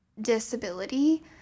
disability